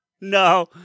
no